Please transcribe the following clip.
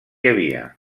havia